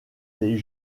les